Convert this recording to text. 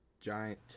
giant